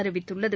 அறிவித்துள்ளது